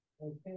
Okay